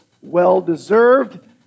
well-deserved